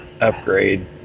upgrade